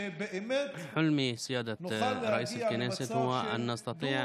שבאמת נוכל להגיע למצב של דו-לשוניות,